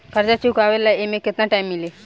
कर्जा चुकावे ला एमे केतना टाइम मिली?